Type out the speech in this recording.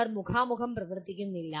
അവർ മുഖാമുഖം പ്രവർത്തിക്കുന്നില്ല